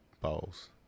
Bowls